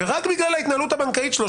ורק בגלל ההתנהלות הבנקאית שלו,